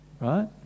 right